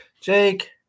Jake